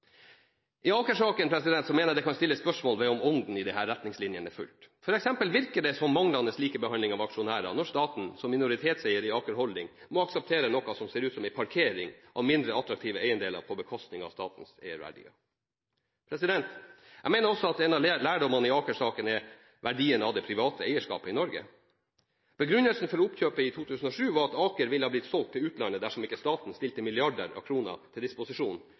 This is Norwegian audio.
I Aker-saken mener jeg det kan stilles spørsmål ved om ånden i disse retningslinjene er fulgt. For eksempel virker det som om manglende likebehandling av aksjonærer når staten som minoritetseier i Aker Holding må akseptere noe som ser ut som «parkering» av mindre attraktive eiendeler på bekostning av statens eierverdier. Jeg mener også at en av lærdommene i Aker-saken er verdien av det private eierskapet i Norge. Begrunnelsen for oppkjøpet i 2007 var at Aker ville blitt solgt til utlandet dersom ikke staten stilte milliarder av kroner til disposisjon